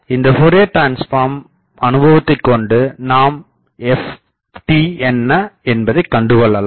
இந்த Fourier transform அனுபத்தைக்கொண்டு நாம் Ft என்ன என்பதைக் கண்டுகொள்ளலாம்